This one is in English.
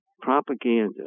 propaganda